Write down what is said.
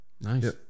Nice